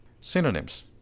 Synonyms